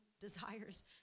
desires